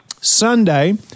Sunday